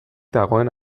dagoen